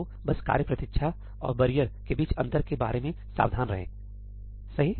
तो बस कार्य प्रतीक्षा और बैरियर के बीच अंतर के बारे में सावधान रहें सही